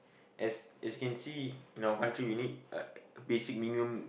as as you can see in our country you need like basic minimum